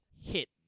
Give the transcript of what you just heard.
hit